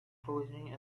posing